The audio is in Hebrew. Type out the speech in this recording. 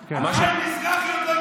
חושב, גוף מושחת.